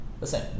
Listen